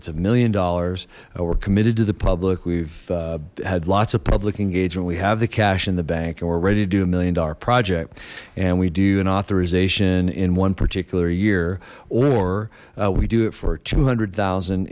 it's a million dollars we're committed to the public we've had lots of public engagement we have the cash in the bank and we're ready to do a million dollar project and we do an authorization in one particular year or we do it for two hundred thousand